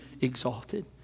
exalted